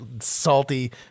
salty